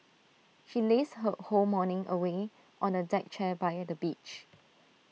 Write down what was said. she lazed her whole morning away on A deck chair by the beach